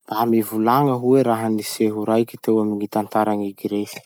Mba mivolagna hoe raha-niseho raiky teo amy gny tantaran'i Gresy?